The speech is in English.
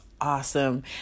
awesome